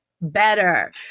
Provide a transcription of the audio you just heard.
better